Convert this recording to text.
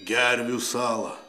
gervių salą